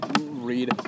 read